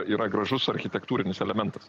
yra gražus architektūrinis elementas